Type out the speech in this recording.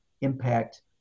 impact